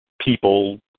people